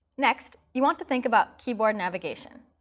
next, you want to think about keyboard navigation.